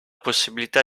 possibilità